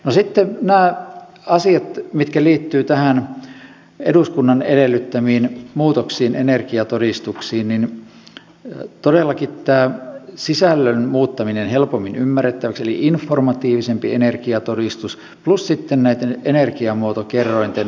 no sitten nämä asiat mitkä liittyvät näihin eduskunnan edellyttämiin muutoksiin energiatodistuksiin todellakin tämä sisällön muuttaminen helpommin ymmärrettäväksi eli informatiivisempi energiatodistus plus sitten näitten energiamuotokerrointen tarkastelu